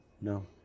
no